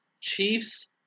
Chiefs